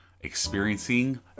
experiencing